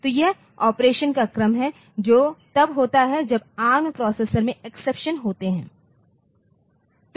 तो यह ऑपरेशंस का क्रम है जो तब होता है जब एआरएम प्रोसेसर में एक्सेप्शन होते हैं